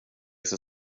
sig